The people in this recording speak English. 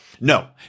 No